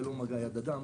ללא מגע יד אדם,